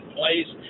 place